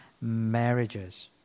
marriages